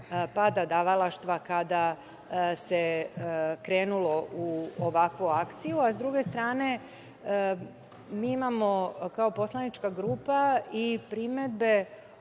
pada davalaštva kada se krenulo u ovakvu akciju, a s druge strane, mi imamo kao poslanička grupa i primedbe